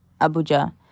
abuja